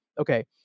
Okay